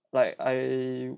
like I